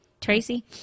Tracy